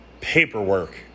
paperwork